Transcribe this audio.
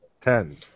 Ten